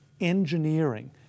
engineering